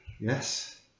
yes